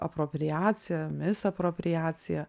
apropriacija misapropriacija